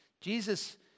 Jesus